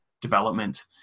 development